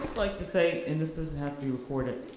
like to say and this doesn't have to be recorded.